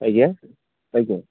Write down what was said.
ଆଜ୍ଞା ଆଜ୍ଞା